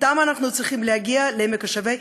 אתם אנחנו להגיע לעמק השווה,